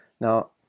Now